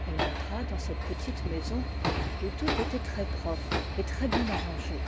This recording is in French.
elle entra dans cette petite maison où tout était très-propre et très-bien arrangé